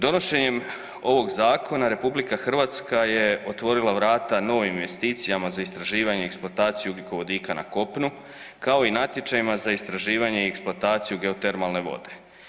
Donošenjem ovog zakona RH je otvorila vrata novim investicijama za istraživanje i eksploataciju ugljikovodika na kopnu, kao i natječajima za istraživanje i eksploataciju geotermalne vode.